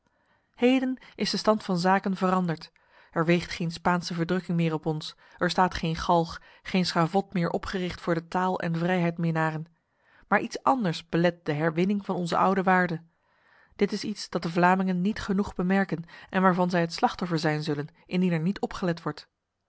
heden is de stand van zaken veranderd er weegt geen spaanse verdrukking meer op ons er staat geen galg geen schavot meer opgericht voor de taal en vrijheidminnaren maar iets anders belet de herwinning van onze oude waarde dit is iets dat de vlamingen niet genoeg bemerken en waarvan zij het slachtoffer zijn zullen indien er niet opgelet wordt